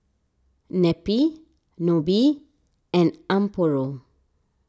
Neppie Nobie and Amparo